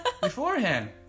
beforehand